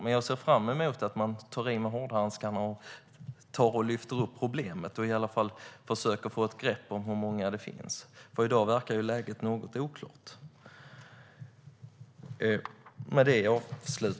Men jag ser fram emot att man tar i med hårdhandskarna och lyfter upp problemet och i alla fall försöker få ett grepp om hur många som finns, för i dag verkar läget något oklart.